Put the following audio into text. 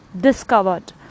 discovered